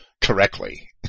correctly